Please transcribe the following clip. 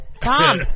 Tom